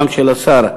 גם של השר,